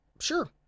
sure